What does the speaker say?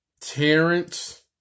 Terrence